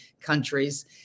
countries